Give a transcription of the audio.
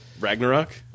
Ragnarok